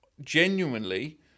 genuinely